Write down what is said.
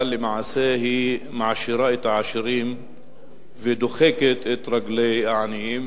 אבל למעשה היא מעשירה את העשירים ודוחקת את רגלי העניים.